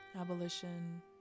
abolition